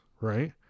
right